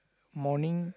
morning